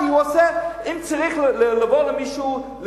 אם צריך לבוא למישהו,